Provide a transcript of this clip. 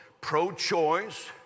pro-choice